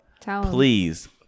please